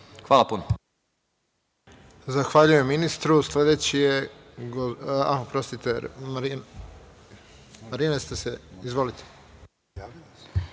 Hvala puno.